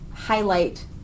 highlight